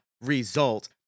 result